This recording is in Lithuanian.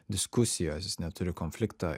diskusijos jis neturi konflikto